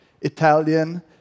Italian